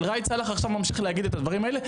אבל ראאד סאלח עכשיו ממשיך להגיד את הדברים האלה,